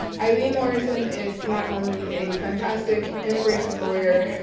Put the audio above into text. eileen morrison is not only a fantastic immigration lawyer,